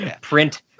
Print